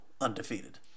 undefeated